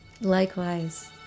likewise